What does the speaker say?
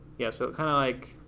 yeah, so it kind of, like,